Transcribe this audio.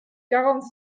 quarante